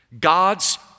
God's